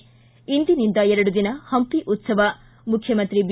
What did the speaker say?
ಿ ಇಂದಿನಿಂದ ಎರಡು ದಿನ ಹಂಪಿ ಉತ್ಸವ ಮುಖ್ಯಮಂತ್ರಿ ಬಿ